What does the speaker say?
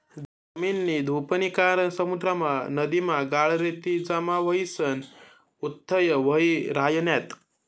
जमीननी धुपनी कारण समुद्रमा, नदीमा गाळ, रेती जमा व्हयीसन उथ्थय व्हयी रायन्यात